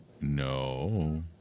No